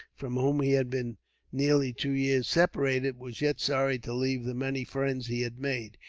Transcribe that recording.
from whom he had been nearly two years separated, was yet sorry to leave the many friends he had made.